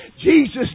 Jesus